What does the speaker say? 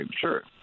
sure